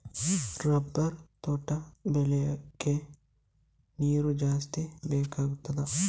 Rubber ತೋಟ ಬೆಳೆಗೆ ನೀರು ಜಾಸ್ತಿ ಬೇಕಾಗುತ್ತದಾ?